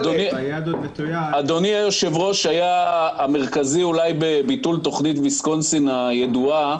אדוני היושב-ראש היה האיש המרכזי בביטול תוכנית ויסקונסין הידועה.